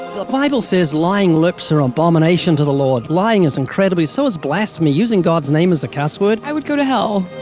the bible says lying lips are abomination to the lord. lying is incredibly so is blasphemy. using god's name as a cuss word. i would go to hell.